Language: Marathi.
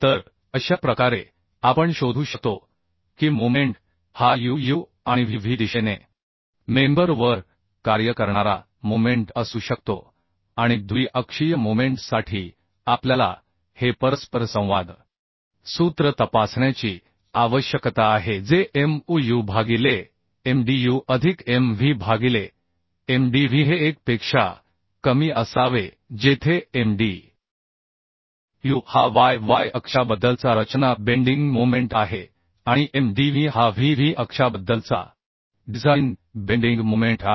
तर अशा प्रकारे आपण शोधू शकतो की मोमेंट हा U U आणि V V दिशेने मेंबर वर कार्य करणारा मोमेंट असू शकतो आणि द्वि अक्षीय मोमेंट साठी आपल्याला हे परस्परसंवाद सूत्र तपासण्याची आवश्यकता आहे जे m u भागिले m d u अधिक m v भागिले m d v हे 1 पेक्षा कमी असावे जेथे m d u हा Y Y अक्षाबद्दलचा रचना बेंडिंग मोमेंट आहे आणि m d v हा V V अक्षाबद्दलचा डिझाइन बेंडिंग मोमेंट आहे